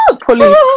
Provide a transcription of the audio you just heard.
Police